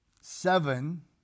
Seven